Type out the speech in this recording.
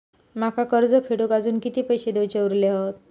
माका कर्ज फेडूक आजुन किती पैशे देऊचे उरले हत?